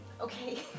Okay